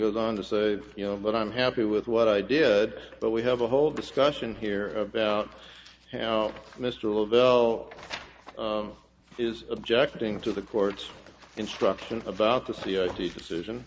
goes on to say you know what i'm happy with what i did but we have a whole discussion here about you know mr little bell is objecting to the court's instructions about the c s t decision